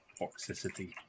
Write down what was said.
toxicity